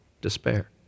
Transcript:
despair